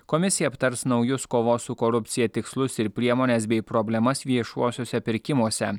komisija aptars naujus kovos su korupcija tikslus ir priemones bei problemas viešuosiuose pirkimuose